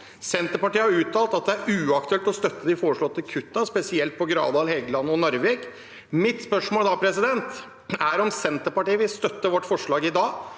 Senterpartiet har uttalt at det er uaktuelt å støtte de foreslåtte kuttene, spesielt i Gravdal, på Helgeland og i Narvik. Mitt spørsmål er da om Senterpartiet vil støtte vårt forslag i dag